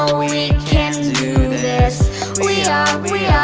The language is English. we we can do this we are, we yeah